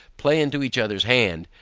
play into each other's hand,